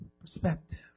perspective